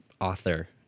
author